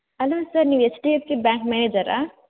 hello sir ನೀವು H D F C bank ಮ್ಯಾನೇಜರಾ